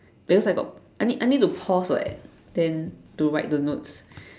that means I got I need I need to pause [what] then to write the notes